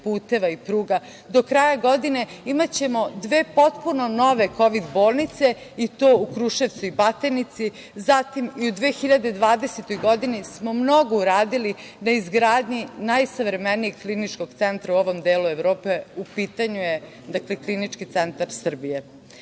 puteva i pruga. Do kraja godine imaćemo dve potpuno nove kovid bolnice, i to u Kruševcu i Batajnici, zatim i u 2020. godini smo mnogo uradili na izgradnji najsavremenijeg kliničkog centra u ovom delu Evrope, u pitanju je Klinički centar Srbije. Ovo